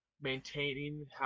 maintaining